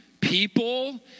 People